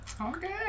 Okay